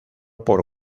por